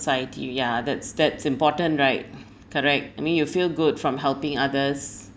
society ya that's that's important right correct I mean you feel good from helping others